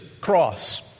cross